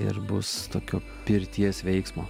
ir bus tokių pirties veiksmo